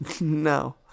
No